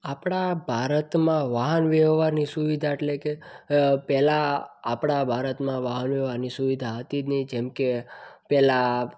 આપણાં ભારતમાં વાહન વ્યવહારની સુવિધા એટલે કે પહેલાં આપણાં ભારતમાં વાહન વ્યવહારની સુવિધા હતી જ નહીં જેમકે પહેલાં